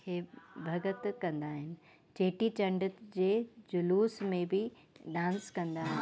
इहे भॻत कंदा आहिनि चेटीचंड जे जुलूस में बि डांस कंदा आहिनि